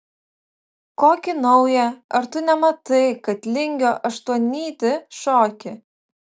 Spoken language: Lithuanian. kokį naują ar tu nematai kad lingio aštuonnytį šoki